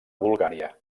bulgària